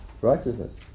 righteousness